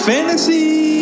Fantasy